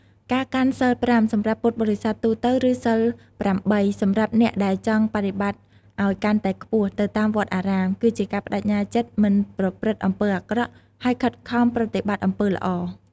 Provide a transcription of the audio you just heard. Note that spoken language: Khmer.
ការកាន់សីលប្រាំ សម្រាប់ពុទ្ធបរិស័ទទូទៅ ឬសីលប្រាំបី សម្រាប់អ្នកដែលចង់បដិបត្តិឱ្យកាន់តែខ្ពស់ នៅតាមវត្តអារាម គឺជាការប្តេជ្ញាចិត្តមិនប្រព្រឹត្តអំពើអាក្រក់ ហើយខិតខំប្រតិបត្តិអំពើល្អ។